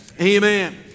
amen